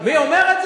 מי אומר את זה?